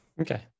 Okay